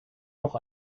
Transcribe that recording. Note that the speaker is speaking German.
noch